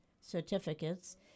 certificates